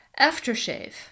aftershave